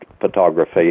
photography